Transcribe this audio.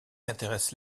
intéresse